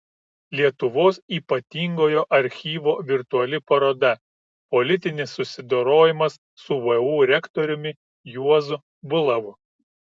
lietuvos ypatingojo archyvo virtuali paroda politinis susidorojimas su vu rektoriumi juozu bulavu